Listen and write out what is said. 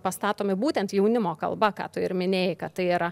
pastatomi būtent jaunimo kalba ką tu ir minėjai kad tai yra